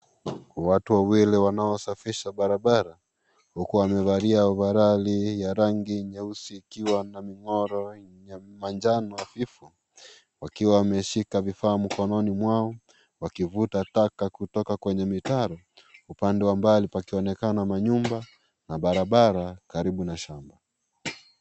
Watu wawili wanaosafisha barabara, huku wamevalia ovaroli ya rangi nyeusi ikiwa na michoro ya manjano hafifu wakiwa wameshika vifaa mikononi mwao, wakivuta taka kutoka kwenye mimea, upande wa mbali pakionekana manyumba na barabara, karibu na shamba.